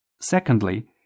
Secondly